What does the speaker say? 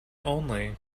only